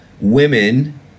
women